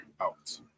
out